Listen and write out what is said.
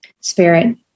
spirit